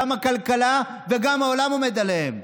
גם הכלכלה וגם העולם עומד עליהם.